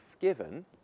given